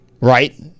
right